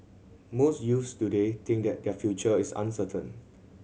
most youths today think that their future is uncertain